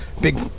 big